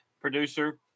producer